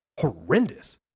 horrendous